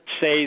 say